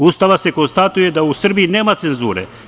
Ustava se konstatuje da u Srbiji nema cenzure.